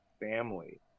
family